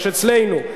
יש אצלנו.